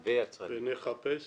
והיצרנים.